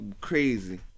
crazy